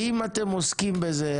האם אתם עוסקים בזה?